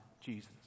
Jesus